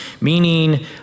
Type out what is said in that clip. meaning